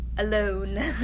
alone